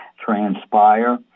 transpire